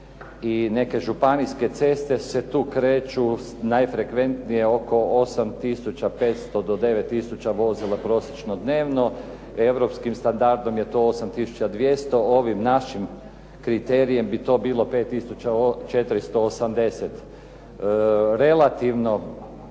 i neke županijske ceste se tu kreću najfrekventnije oko 8 tisuća 500 do 9 tisuća vozila prosječno dnevno. Europskim standardom je to 8 tisuća 200, ovim našim kriterijem bi to bilo 5 tisuća 480. Relativno